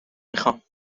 میخوام